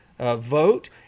vote